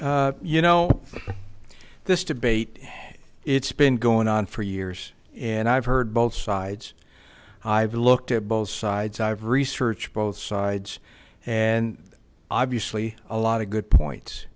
mary you know this debate it's been going on for years and i've heard both sides i've looked at both sides i've researched both sides and obviously a lot of good points